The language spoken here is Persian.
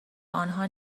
آنها